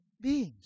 beings